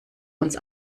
uns